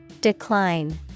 Decline